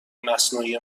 مصنوعی